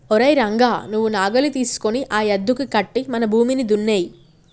ఓరై రంగ నువ్వు నాగలి తీసుకొని ఆ యద్దుకి కట్టి మన భూమిని దున్నేయి